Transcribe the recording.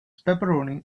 pepperoni